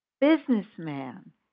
businessman